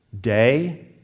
Day